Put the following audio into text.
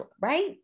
right